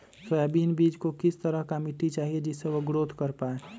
Soybean बीज को किस तरह का मिट्टी चाहिए जिससे वह ग्रोथ कर पाए?